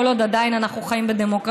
כל עוד אנחנו עדיין חיים בדמוקרטיה,